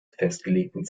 festgelegten